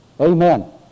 Amen